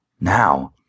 now